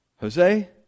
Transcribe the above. Jose